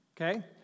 Okay